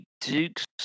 dukes